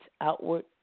outward